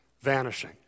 vanishing